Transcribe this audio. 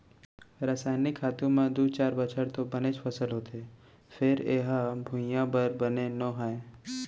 रसइनिक खातू म दू चार बछर तो बनेच फसल होथे फेर ए ह भुइयाँ बर बने नो हय